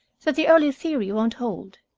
that the early theory won't hold.